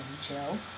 chill